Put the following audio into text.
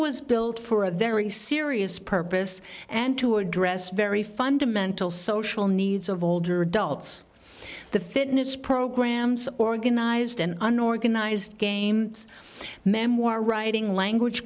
was built for a very serious purpose and to address very fundamental social needs of older adults the fitness programs organized and unorganized games memoir writing language